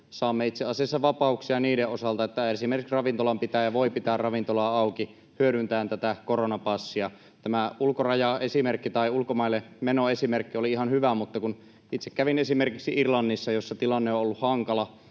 saamme itse asiassa vapauksia niiden osalta niin, että esimerkiksi ravintolanpitäjä voi pitää ravintolaa auki hyödyntäen tätä koronapassia. Tämä ulkorajaesimerkki tai ulkomaille menon esimerkki oli ihan hyvä, mutta kun itse kävin esimerkiksi Irlannissa, jossa tilanne on ollut hankala,